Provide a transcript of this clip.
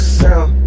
sound